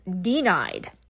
denied